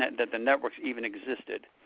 that the networks even existed.